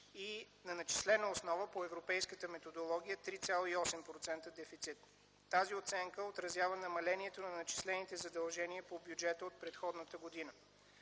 и на начислена основа по европейската методология – 3,8% дефицит. Тази оценка отразява намалението на начислените задължения по бюджета от предходната година.